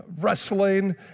wrestling